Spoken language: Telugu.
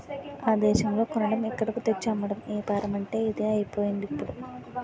ఆ దేశంలో కొనడం ఇక్కడకు తెచ్చి అమ్మడం ఏపారమంటే ఇదే అయిపోయిందిప్పుడు